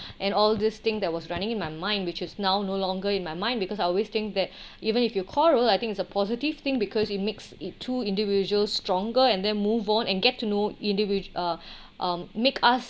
and all this thing that was running in my mind which is now no longer in my mind because I always think that even if you quarrel I think it's a positive thing because you mix it two individuals stronger and then move on and get to know individ~ uh um make us